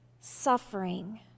suffering